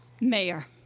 Mayor